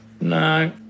No